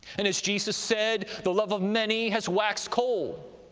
and as jesus said, the love of many has waxed cold